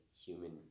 human